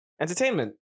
entertainment